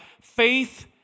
faith